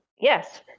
Yes